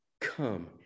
come